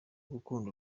gukunda